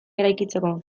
eraikitzeko